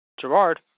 Gerard